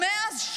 ומאז,